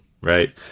Right